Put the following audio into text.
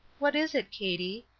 what is it, katie?